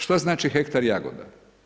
Što znači hektar jagoda?